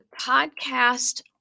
podcast